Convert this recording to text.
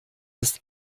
ist